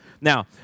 Now